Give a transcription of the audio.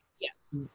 yes